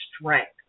strength